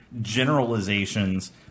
generalizations